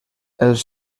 els